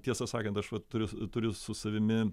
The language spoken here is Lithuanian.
tiesą sakant aš va turiu turiu su savimi